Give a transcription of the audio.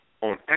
on